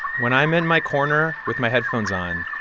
when i'm in my corner with my headphones on,